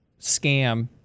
scam